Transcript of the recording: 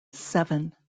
seven